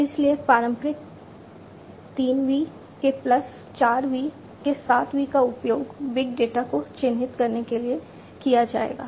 इसलिए पारंपरिक 3 V के प्लस 4 V के 7 V का उपयोग बिग डेटा को चिह्नित करने के लिए किया जाएगा